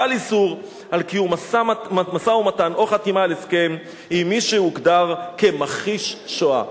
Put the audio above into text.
חל איסור על קיום משא-ומתן או חתימה על הסכם עם מי שהוגדר מכחיש השואה.